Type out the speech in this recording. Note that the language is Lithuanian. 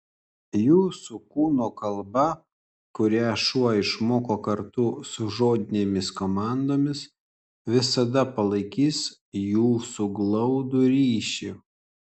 jūsų kūno kalba kurią šuo išmoko kartu su žodinėmis komandomis visada palaikys jūsų glaudų ryšį